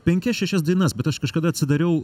penkias šešias dainas bet aš kažkada atsidariau